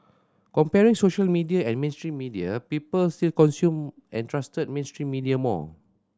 comparing social media and mainstream media people still consumed and trusted mainstream media more